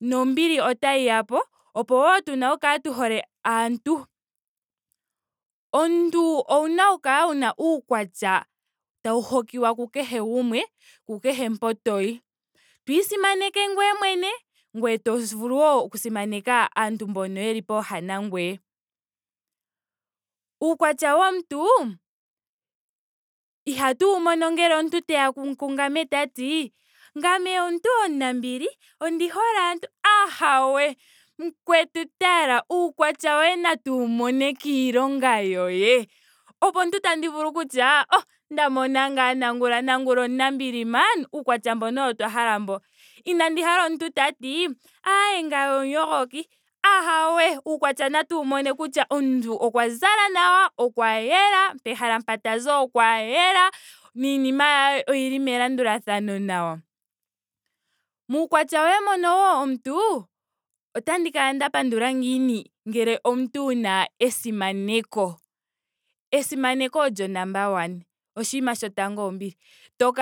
Nombili otayi yapo opo wu tu kale tu hole aantu. Omuntu owuna oku kala wuna uukwatya tawu hokiwa ku kehe gumwe kukehe mpo to yi. To isimaneke ngweye mwene ngoye to vulu wo oku simaneka aantu mboka yeli pooha nangoye. Uukwatya womuntu ihatu wu mono ngele omuntu teya kungame tati ngame omuntu omunambili. ondi hole aantu. ahawe! Mukwetu tala uukwatya woye natu wu mone kiilonga yoye. Opo omuntu tandi vulu okutya oh! Nda mona ngaa nangula. Nangula omunambili maan! Uukwatya mbono owo nda hala mbo. Inandi hala omuntu tati aaee ngame omuyogoki. ahawe! Uukwatya natu wu mone kutya omuntu okwa zala nawa. okwa yela. pehala mpa tazi okwa yela. niinima ye oyili melandulathano nawa. Muukwatya woye wo mbono omuntu. otandi kala nda nyanyukwa ngiini ngele omuntu wuna esimaneko. Esimaneko olyo numbwe one. oshinima shotango ombili. to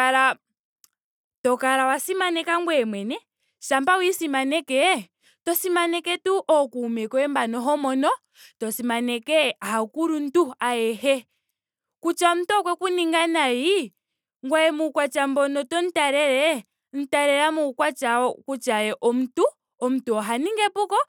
kala wa simaneka ngweye mwene. shama wa isimaneke. to simaneke tuu ookuume koye mba ho mono. to simaneke aakuluntu. ayehe. kutya omuntu okweku ninga nayi. ngoye muukwatya mbono tomu talele. mu talela muukwatya kutya ye omuntu. omuntu oha ningi epuko